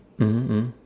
mmhmm mmhmm